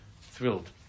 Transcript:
thrilled